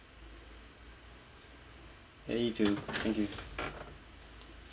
ya you too thank you